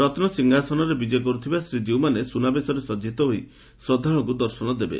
ରତ୍ନ ସିଂହାସନରେ ବିଜେ କରୁଥିବା ଶ୍ରୀକୀଉମାନେ ସୁନାବେଶରେ ସଜିତ ହୋଇ ଶ୍ରଦ୍ଧାଳୁଙ୍କୁ ଦର୍ଶନ ଦେବେ